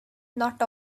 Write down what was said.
not